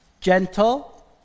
gentle